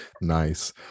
nice